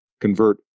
convert